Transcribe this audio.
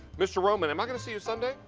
mister roman, am i going to see you sunday?